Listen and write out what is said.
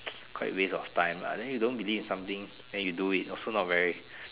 quite waste of time ah then you don't believe in something then you do it also not very